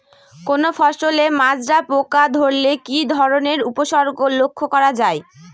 কোনো ফসলে মাজরা পোকা ধরলে কি ধরণের উপসর্গ লক্ষ্য করা যায়?